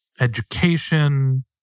education